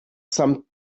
some